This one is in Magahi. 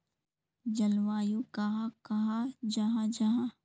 जलवायु कहाक कहाँ जाहा जाहा?